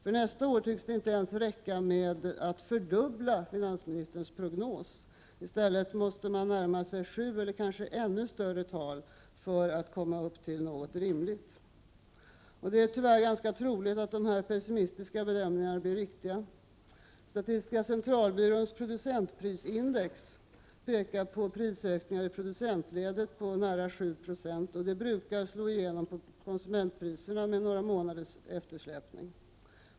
För nästa år tycks det inte ens räcka med att fördubbla finansministerns prognos. I stället måste man närma sig 7 Zo eller kanske ännu högre tal för att komma upp till något rimliga prognoser. Det är tyvärr ganska troligt att dessa pessimistiska bedömningar blir riktiga. Statistiska centralbyråns producentprisindex pekar på prisökningar i producentledet på nära 7 90, och de brukar slå igenom på konsumentpriserna med några månaders eftersläpning.